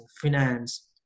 finance